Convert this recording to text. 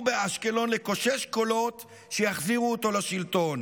באשקלון לקושש קולות שיחזירו אותו לשלטון.